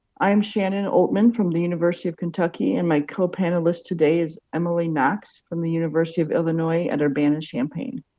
i am shannon oltmann from the university of kentucky, and my co-panelist today is emily knox from the university of illinois at urbana-champaign.